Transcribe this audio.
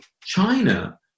China